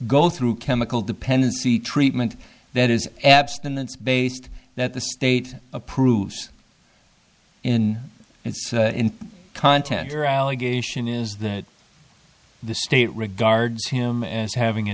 go through chemical dependency treatment that is abstinence based that the state approves in its content or allegation is that the state regards him as having a